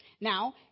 Now